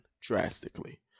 drastically